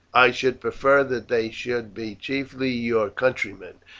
i should prefer that they should be chiefly your countrymen,